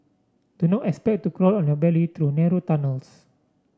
do not expect to crawl on your belly through narrow tunnels